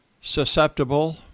susceptible